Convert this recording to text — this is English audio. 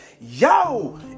Yo